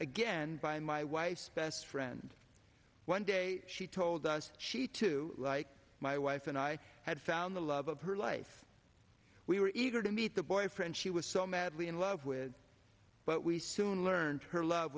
again by my wife's best friend one day she told us she too like my wife and i had found the love of her life we were eager to meet the boyfriend she was so madly in love with but we soon learned her love